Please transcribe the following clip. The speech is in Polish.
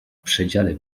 przedziale